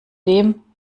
dem